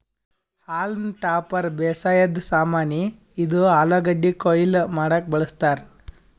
haulm topper ಬೇಸಾಯದ್ ಸಾಮಾನಿ, ಇದು ಆಲೂಗಡ್ಡಿ ಕೊಯ್ಲಿ ಮಾಡಕ್ಕ್ ಬಳಸ್ತಾರ್